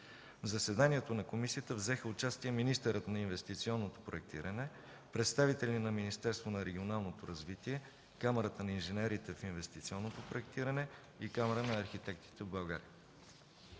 В заседанието на комисията взеха участие министърът на инвестиционното проектиране, представители на Министерството на регионалното развитие, Камарата на инженерите в инвестиционното проектиране и Камарата на архитектите в България.